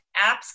Apps